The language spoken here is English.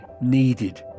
needed